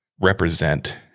represent